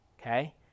Okay